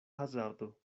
hazardo